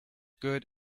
good